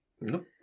Nope